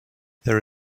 there